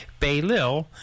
Baylil